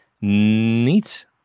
neat